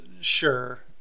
Sure